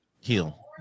heal